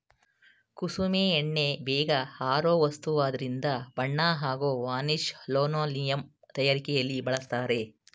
ಕುಸುಬೆ ಎಣ್ಣೆ ಬೇಗ ಆರೋ ವಸ್ತುವಾದ್ರಿಂದ ಬಣ್ಣ ಹಾಗೂ ವಾರ್ನಿಷ್ ಲಿನೋಲಿಯಂ ತಯಾರಿಕೆಲಿ ಬಳಸ್ತರೆ